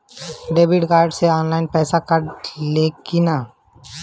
Debit card से online पैसा कटा ले कि ना?